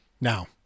Now